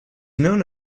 known